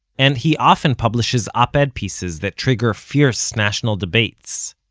and he often publishes op-ed pieces that trigger fierce national debates.